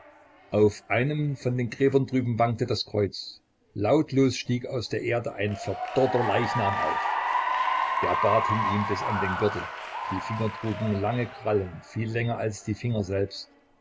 auf einem von den gräbern drüben wankte das kreuz lautlos stieg aus der erde ein verdorrter leichnam auf der bart hing ihm bis an den gürtel die finger trugen lange krallen viel länger als die finger selbst